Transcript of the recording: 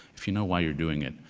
if you know why you're doing it,